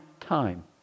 time